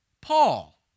Paul